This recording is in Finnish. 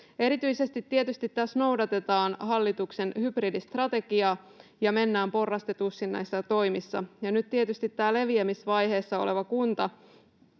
erityisesti tässä noudatetaan hallituksen hybridistrategiaa ja mennään porrastetusti näissä toimissa. Ja nyt tietysti tämä leviämisvaiheessa oleva kunta